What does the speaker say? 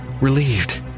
relieved